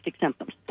symptoms